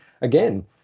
again